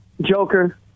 Joker